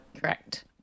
Correct